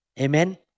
Amen